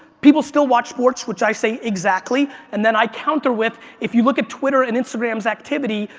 people still watch sports. which i say, exactly, and then i counter with if you look at twitter and instagram's activity,